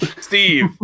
Steve